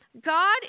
God